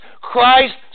Christ